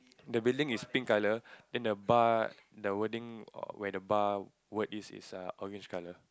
the railing is pink colour then the bar the wording where the bar word is orange colour